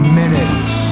minutes